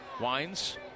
Wines